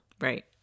Right